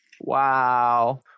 Wow